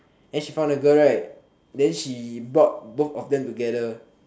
then she found a girl right then she brought both of them together